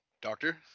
Doctor